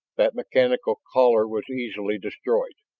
that mechanical caller was easily destroyed.